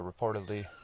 reportedly